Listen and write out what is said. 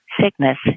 sickness